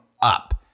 up